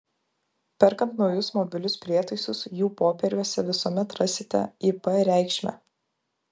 perkant naujus mobilius prietaisus jų popieriuose visuomet rasite ip reikšmę